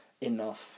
enough